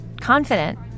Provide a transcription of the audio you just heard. confident